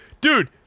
dude